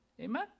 Amen